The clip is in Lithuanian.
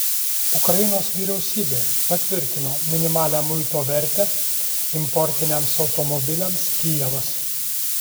ukrainos vyriausybė patvirtino minimalią muito vertę importiniams automobiliams kijevas